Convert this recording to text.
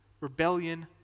rebellion